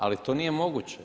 Ali, to nije moguće.